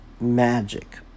magic